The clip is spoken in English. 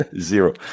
Zero